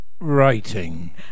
writing